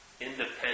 independent